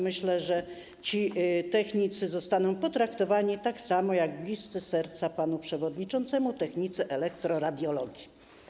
Myślę, że ci technicy zostaną potraktowani tak samo jak bliscy sercu pana przewodniczącego technicy elektroradiologii.